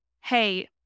hey